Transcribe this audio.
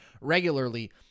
regularly